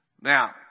Now